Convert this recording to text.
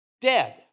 dead